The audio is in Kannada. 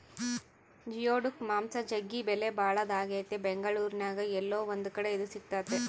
ಜಿಯೋಡುಕ್ ಮಾಂಸ ಜಗ್ಗಿ ಬೆಲೆಬಾಳದಾಗೆತೆ ಬೆಂಗಳೂರಿನ್ಯಾಗ ಏಲ್ಲೊ ಒಂದು ಕಡೆ ಇದು ಸಿಕ್ತತೆ